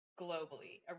globally